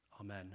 Amen